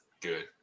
Good